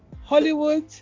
Hollywood